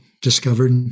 discovered